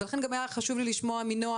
ולכן גם היה לי חשוב לשמוע מנועה,